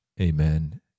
Amen